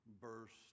burst